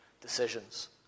decisions